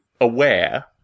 aware